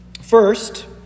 First